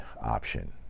option